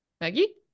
Maggie